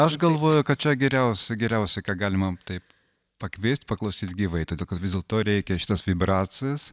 aš galvoju kad čia geriausia geriausia ką galima taip pakviest paklausyt gyvai todėl kad vis dėlto reikia šitas vibracijas